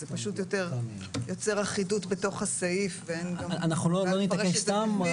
זה פשוט יוצר אחידות בתוך הסעיף --- אנחנו לא נתעקש סתם.